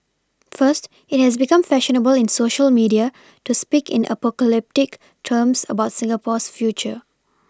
first it has become fashionable in Social media to speak in apocalyptic terms about Singapore's future